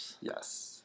Yes